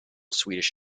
swedish